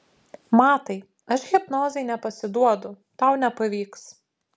matai aš hipnozei nepasiduodu tau nepavyks